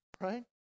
right